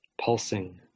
pulsing